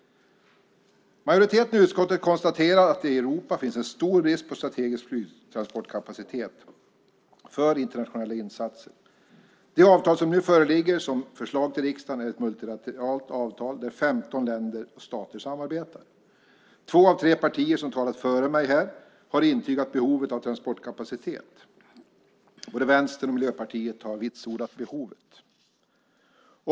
Majoriteten i utskottet konstaterar att det i Europa finns en stor brist på strategisk flygtransportkapacitet för internationella insatser. Det avtal som nu föreligger i form av ett förslag till riksdagen är ett multilateralt avtal enligt vilket det är 15 länder, stater, som ska samarbeta. Två av de tre partirepresentanter som talat före mig här har intygat behovet av transportkapacitet. Både Vänstern och Miljöpartiet har vitsordat det behovet.